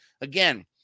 Again